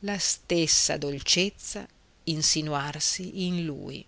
la stessa dolcezza insinuarsi in lui